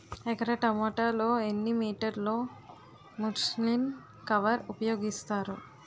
ఎకర టొమాటో లో ఎన్ని మీటర్ లో ముచ్లిన్ కవర్ ఉపయోగిస్తారు?